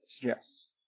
Yes